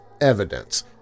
evidence